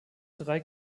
drei